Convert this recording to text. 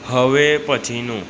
હવે પછીનું